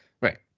Right